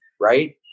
right